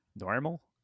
normal